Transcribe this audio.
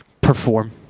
perform